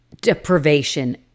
Deprivation